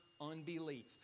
unbelief